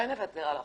אולי נוותר על החוק?